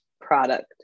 product